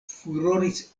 furoris